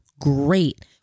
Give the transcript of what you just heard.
great